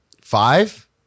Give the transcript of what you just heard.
Five